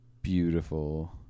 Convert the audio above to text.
Beautiful